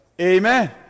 Amen